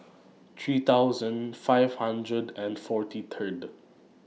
three thousand five hundred and forty Third